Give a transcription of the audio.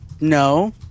No